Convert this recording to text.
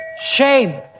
Shame